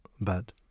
bad